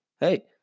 Hey